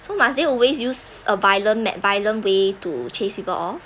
so must they always use a violent ma~ violent way to chase people off